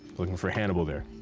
looking for hannibal there.